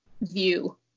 view